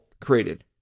created